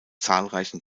zahlreichen